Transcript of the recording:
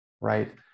Right